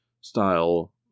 style